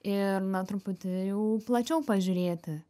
ir na truputį jau plačiau pažiūrėti